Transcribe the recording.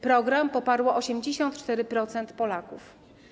Program poparło 84% Polaków.